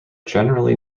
generally